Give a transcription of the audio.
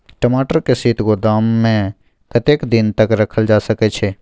टमाटर के शीत गोदाम में कतेक दिन तक रखल जा सकय छैय?